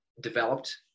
developed